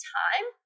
time